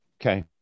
Okay